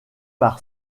par